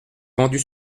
vendu